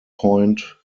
point